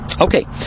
okay